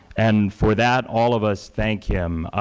and for that, all of us thank him.